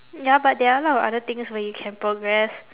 ya but there are a lot of other things where you can progress